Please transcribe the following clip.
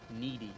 needy